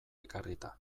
ekarrita